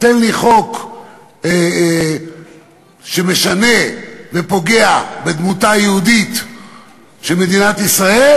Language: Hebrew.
תן לי חוק שמשנה ופוגע בדמותה היהודית של מדינת ישראל,